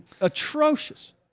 atrocious